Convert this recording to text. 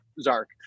zark